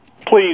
please